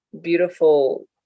beautiful